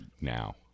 now